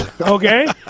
okay